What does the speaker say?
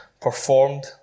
performed